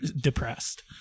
depressed